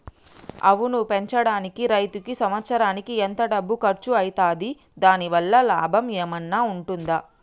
ఆవును పెంచడానికి రైతుకు సంవత్సరానికి ఎంత డబ్బు ఖర్చు అయితది? దాని వల్ల లాభం ఏమన్నా ఉంటుందా?